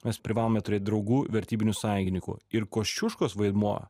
mes privalome turėt draugų vertybinių sąjungininkų ir kosciuškos vaidmuo